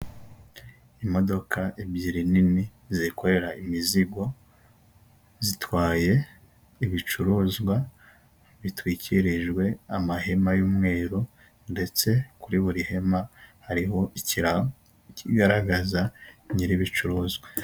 Imodoka ebyiri nini zikorera imizigo, zitwaye ibicuruzwa bitwikirijwe amahema y'umweru ndetse kuri buri hema hariho ikirango kigaragaza nyir'ibicuruzwa.